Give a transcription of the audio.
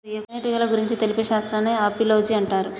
తేనెటీగల గురించి తెలిపే శాస్త్రాన్ని ఆపిలోజి అంటారు